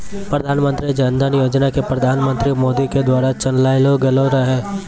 प्रधानमन्त्री जन धन योजना के प्रधानमन्त्री मोदी के द्वारा चलैलो गेलो रहै